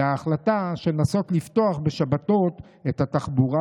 זו ההחלטה לנסות לפתוח בשבתות את התחבורה